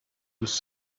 was